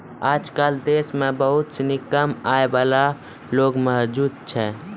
आजकल देश म बहुत सिनी कम आय वाला लोग मौजूद छै